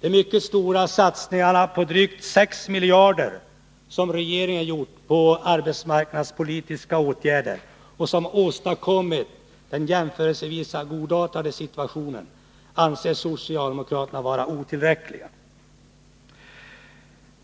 De mycket stora satsningar, drygt 6 miljarder kronor, som regeringen gjort på arbetsmarknadspolitiska åtgärder och som åstadkommit den jämförelsevis godartade situation som råder anser socialdemokraterna vara otillräckliga.